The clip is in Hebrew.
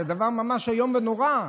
זה דבר ממש איום ונורא.